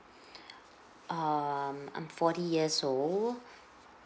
um I'm forty years old